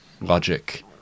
logic